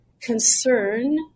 concern